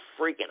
freaking